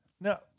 Now